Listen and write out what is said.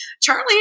Charlie